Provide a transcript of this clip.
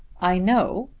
i know,